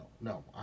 No